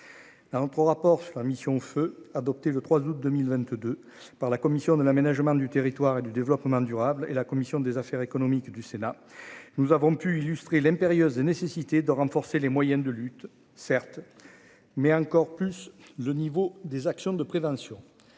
on prend rapport enfin mission feu adoptée le 3 août 2022, par la commission de l'aménagement du territoire et du développement durable et la commission des affaires économiques du Sénat, nous avons pu illustrer l'impérieuse nécessité de renforcer les moyens de lutte, certes, mais encore plus. Le niveau des actions de prévention